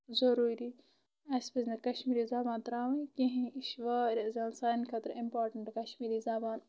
ضروٗری اسہِ پزِ نہٕ کشمیٖری زبان تراوٕنۍ کینہہ یہِ چھِ واریاہ زیادٕ سانہِ خٲطرٕ اِمپوٹنٹ کشمیٖری زبان